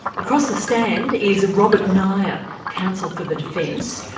across the stand is robert knaier, counsel for the defence.